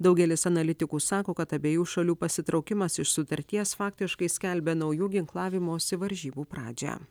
daugelis analitikų sako kad abiejų šalių pasitraukimas iš sutarties faktiškai skelbia naujų ginklavimosi varžybų pradžią